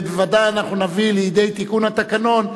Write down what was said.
ובוודאי אנחנו נביא לידי תיקון התקנון,